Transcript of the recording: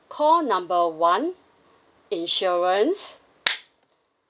call number one insurance